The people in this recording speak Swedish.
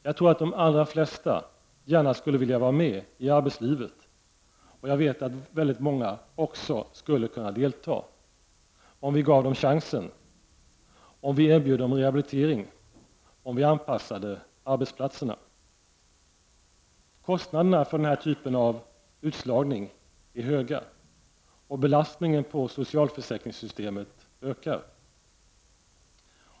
Jag tror att de allra flesta gärna skulle vilja vara med i arbetslivet och jag vet att väldigt många också skulle kunna delta, om vi gav dem chansen, om vi erbjöd dem rehabilitering och om vi anpassade arbetsplatserna. Kostnaderna för denna typ av utslagning är höga. Belastningen på socialförsäkringssystemet ökar.